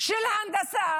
של הנדסה